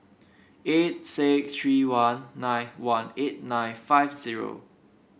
eight six three one nine one eight nine five zero